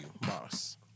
boss